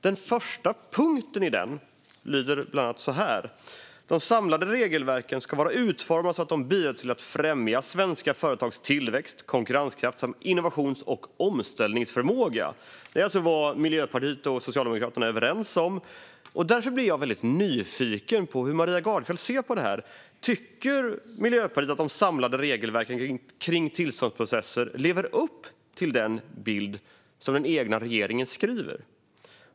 Den första punkten i den lyder: De samlade regelverken ska vara utformade så att de bidrar till att främja svenska företags tillväxt, konkurrenskraft samt innovations och omställningsförmåga. Det är alltså vad Miljöpartiet och Socialdemokraterna är överens om. Därför blir jag väldigt nyfiken på hur Maria Gardfjell ser på detta. Tycker Miljöpartiet att de samlade regelverken kring tillståndsprocesser lever upp till den bild som den egna regeringen skriver om?